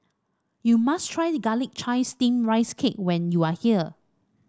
you must try Garlic Chives Steamed Rice Cake when you are here